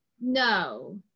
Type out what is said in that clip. No